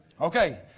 Okay